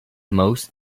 most